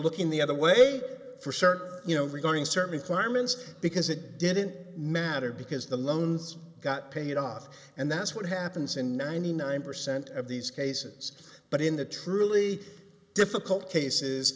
looking the other way for certain you know we're going certain carmen's because it didn't matter because the loans got paid off and that's what happens in ninety nine percent of these cases but in the truly difficult cases